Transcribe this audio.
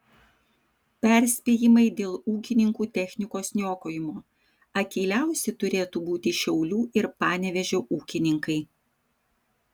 perspėjimai dėl ūkininkų technikos niokojimo akyliausi turėtų būti šiaulių ir panevėžio ūkininkai